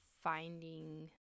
finding